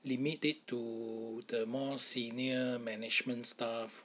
limit it to the more senior management staff